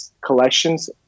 collections